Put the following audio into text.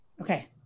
Okay